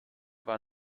war